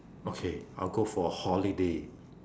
okay I'll go for a holiday